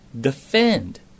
defend